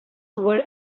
were